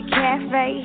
cafe